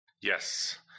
Yes